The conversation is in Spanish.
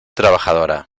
trabajadora